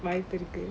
why you pretty good